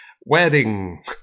wedding